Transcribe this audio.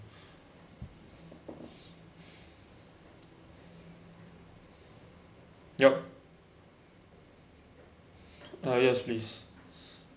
yup uh yes please